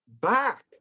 back